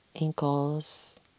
ankles